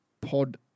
pod